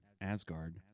Asgard